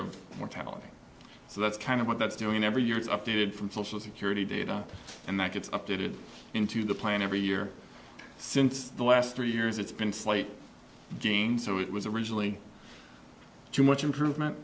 of mortality so that's kind of what that's doing every year it's updated from social security data and that gets updated into the plan every year since the last three years it's been slight again so it was originally too much improvement